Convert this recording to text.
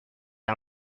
der